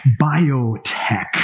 biotech